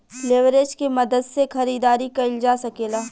leverage के मदद से खरीदारी कईल जा सकेला